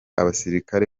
abasirikare